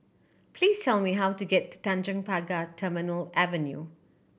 please tell me how to get to Tanjong Pagar Terminal Avenue